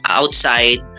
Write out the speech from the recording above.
outside